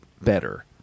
better